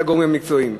את הגורמים המקצועיים.